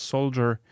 Soldier